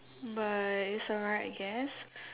but is alright I guess